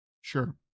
Sure